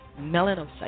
Melanocytes